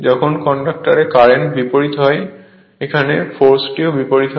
যখন কন্ডাক্টরে কারেন্ট বিপরীত হয় এখানে ফোর্সটিও বিপরীত হয়